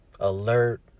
alert